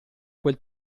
quel